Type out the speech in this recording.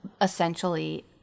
essentially